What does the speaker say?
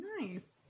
nice